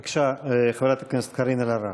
בבקשה, חברת הכנסת קארין אלהרר.